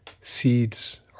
seeds